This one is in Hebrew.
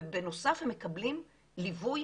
ובנוסף הם מקבלים ליווי,